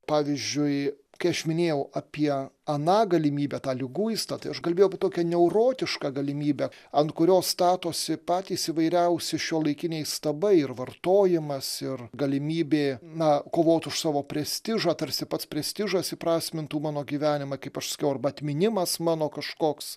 pavyzdžiui kai aš minėjau apie aną galimybę tą liguistą tai aš kalbėjau apie tokią neurotišką galimybę ant kurios statosi patys įvairiausi šiuolaikiniai stabai ir vartojimas ir galimybė na kovot už savo prestižą tarsi pats prestižas įprasmintų mano gyvenimą kaip aš sakiau arba atminimas mano kažkoks